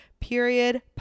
period